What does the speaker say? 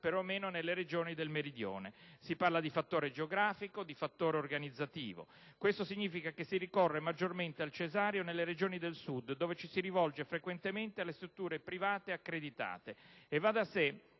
perlomeno nelle Regioni del Meridione. Si parla di fattore geografico e di fattore organizzativo. Questo significa che si ricorre maggiormente al cesareo nelle Regioni del Sud, dove ci si rivolge frequentemente alle strutture private accreditate.